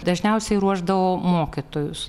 dažniausiai ruošdavo mokytojus